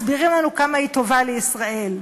מסבירים לנו כמה היא טובה לישראל.